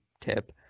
tip